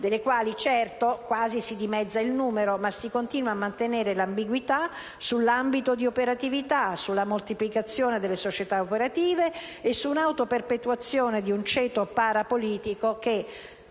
delle quali, certo, quasi si dimezza il numero, ma si continua a mantenere l'ambiguità sull'ambito di operatività, sulla moltiplicazione delle società operative e su un'autoperpetuazione di un ceto para politico che,